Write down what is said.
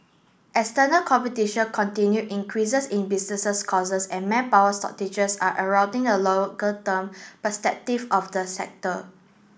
external competition continued increases in businesses costs and manpower shortages are eroding the longer term prospective of the sector